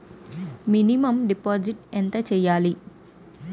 Minimum deposit ఎంత చెయ్యాలి?